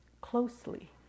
closely